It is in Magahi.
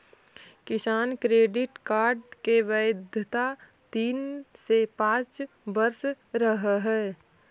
किसान क्रेडिट कार्ड की वैधता तीन से पांच वर्ष रहअ हई